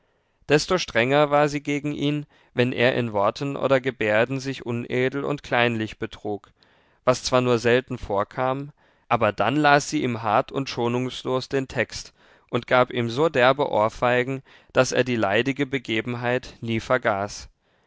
desto strenger war sie gegen ihn wenn er in worten oder gebärden sich unedel und kleinlich betrug was zwar nur selten vorkam aber dann las sie ihm hart und schonungslos den text und gab ihm so derbe ohrfeigen daß er die leidige begebenheit nie vergaß